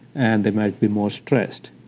and they might be more stressed.